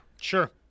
Sure